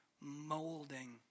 molding